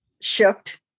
shift